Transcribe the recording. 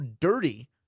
dirty